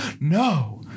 No